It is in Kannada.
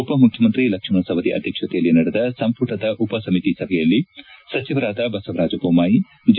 ಉಪಮುಖ್ಯಮಂತ್ರಿ ಲಕ್ಷ್ಮಣ ಸವದಿ ಅಧ್ಯಕ್ಷತೆಯಲ್ಲಿ ನಡೆದ ಸಂಪುಟದ ಉಪಸಮಿತಿ ಸಭೆಯಲ್ಲಿ ಸಚಿವರಾದ ಬಸವರಾಜ ಬೊಮ್ಯಾಯಿ ಜೆ